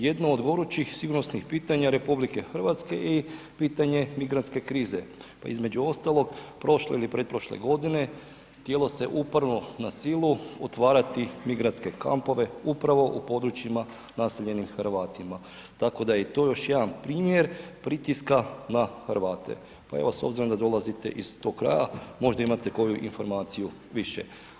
Jedno od gorućih sigurnosnih pitanja RH je i pitanje migrantske krize, pa između ostalog, prošle ili pretprošle godine htjelo se uporno na silu otvarati migrantske kampove upravo u područjima naseljenim Hrvatima, tako da je i to još jedan primjer pritiska na Hrvate, pa evo s obzirom da dolazite iz tog kraja, možda imate koju informaciju više.